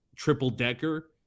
triple-decker